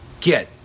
get